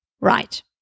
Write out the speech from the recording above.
Right